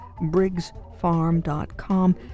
briggsfarm.com